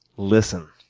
listen.